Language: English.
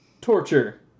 torture